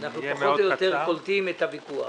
אנחנו פחות או יותר קולטים את הוויכוח.